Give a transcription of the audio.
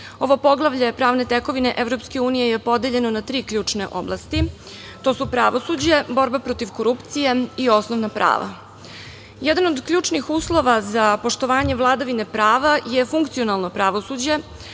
Ovo poglavlje – Pravne tekovine EU je podeljeno na tri ključne oblasti. To su: pravosuđe, borba protiv korupcije i osnovna prava. Jeda od ključnih uslova za poštovanje vladavine prava je funkcionalno pravosuđe,